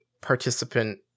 participant